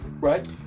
Right